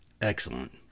Excellent